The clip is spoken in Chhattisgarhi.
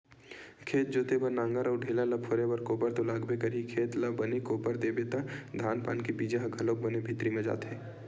खेत जोते बर नांगर अउ ढ़ेला ल फोरे बर कोपर तो लागबे करही, खेत ल बने कोपर देबे त धान पान के बीजा ह घलोक बने भीतरी म जाथे